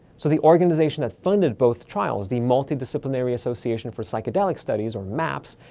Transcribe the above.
so the organization that funded both trials, the multidisciplinary association for psychedelic studies or maps,